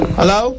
hello